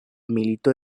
milito